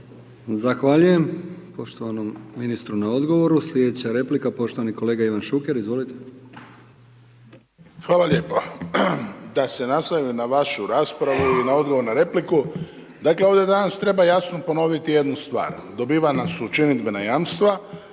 Zahvaljujem poštovanom ministru na odgovoru. Sljedeća replika poštovani kolega Ivan Šuker, izvolite. **Šuker, Ivan (HDZ)** Hvala lijepa. Da se .../Govornik se ne razumije./... na vašu raspravu i na odgovor na repliku, dakle ovdje danas treba jasno ponoviti jednu stvar. Dobivena su činidbena jamstva.